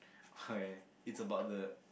oh yeah it's about the